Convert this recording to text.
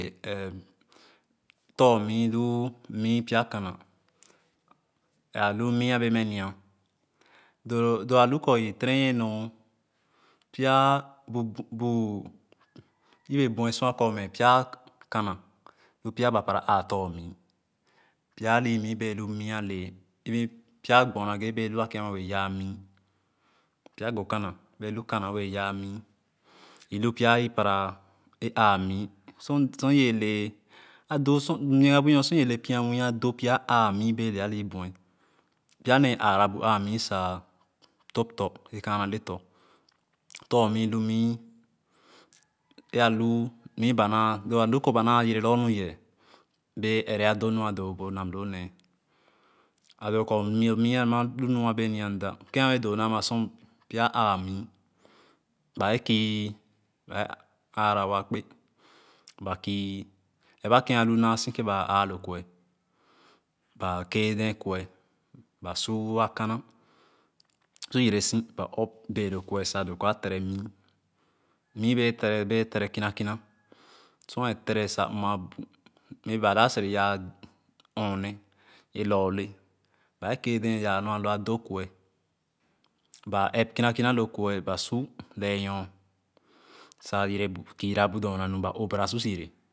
A ɛn tor-mìì lu mìì pya kànà alu mìì a bee mɛ ma doo alu kor ì tere nyìe nor pya bu yebe bue sua kormɛ pya kànà lu pya ba para àà tor-míì pya ali miì bee lu miì alee even pya gbon nage bee lu kèn ama wɛɛ yaa miì pya Gokana bee lu kànà wɛɛ yaa mii ìlu pya ipara éé áá miì sor ìbéé le a do sor ì nyìgìa bu loo sor ee wɛɛ le pya nwii a do pya àà mii bee le alì bue pya nee aarabu aa mìì lu mìì sa tòp tɔ̃ e kaana le tɔ̃ tor-miì lu mìì e alu mìì ba lo alu kor ba naa yere logor nu yeeh bee ɛrɛ adonu adoo bu nam loo nee a doo kor lo mìì ama alunu a beze nia mda kèn a wɛɛ doo naa ama sor pya aa mìì ba kìì ba awra wa kpé ba kìì ɛrɛ ba kèn alu naasì kèn ba àà lo kve ba keeh dɛɛ kue ba su wa kãnã su yere sì ba-ɔp mɛh lo kue doo kor a tere mii mìì bee tere kìna kìna sor a tere sa mma ba dap sere yaa mɔɔne, lorle ba kééh dɛɛ yaa nu a lu a do kue ba ɛp kìna kina lo kve Leeba su lee nyo sa ba kìira bu dorna nu so yere.